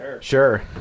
Sure